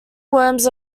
worms